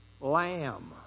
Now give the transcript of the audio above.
Lamb